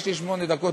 יש לי שמונה דקות,